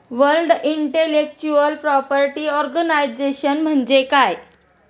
World intellectual property organisation म्हणजे काय?